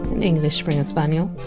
an english springer spaniel.